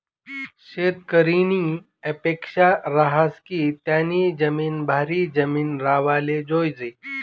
शेतकरीनी अपेक्सा रहास की त्यानी जिमीन भारी जिमीन राव्हाले जोयजे